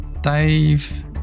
Dave